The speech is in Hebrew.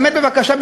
באמת בבקשה,